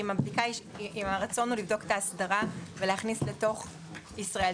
אם הרצון הוא לבדוק את האסדרה ולהכניס לתוך ישראל.